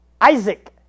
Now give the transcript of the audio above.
Isaac